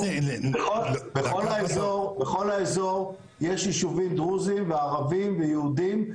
בכל האזור יש יישובים דרוזים וערבים ויהודים,